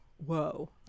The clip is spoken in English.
Whoa